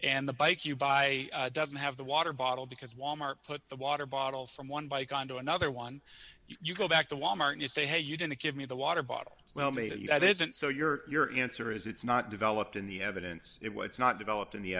and the bike you buy doesn't have the water bottle because wal mart put the water bottle someone bike on to another one you go back to wal mart and say hey you didn't give me the water bottle well maybe that isn't so your your answer is it's not developed in the evidence it what's not developed in the